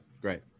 Great